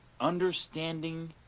understanding